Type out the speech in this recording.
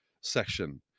section